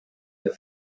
der